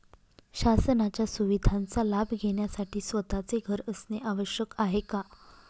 शासनाच्या सुविधांचा लाभ घेण्यासाठी स्वतःचे घर असणे आवश्यक आहे का?